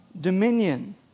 dominion